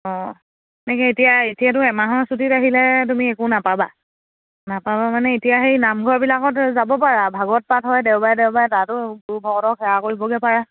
অঁ এনেকৈ এতিয়া এতিয়াতো এমাহৰ ছুটী আহিলে তুমি একো নাপাবা নাপাবা মানে এতিয়া সেই নামঘৰবিলাকত যাব পাৰা ভাগৱত পাঠ হয় দেওবাৰে দেওবাৰে তাতো ভতক সেৱা কৰিবগৈ পাৰা